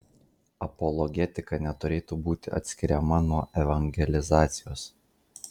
apologetika neturėtų būti atskiriama nuo evangelizacijos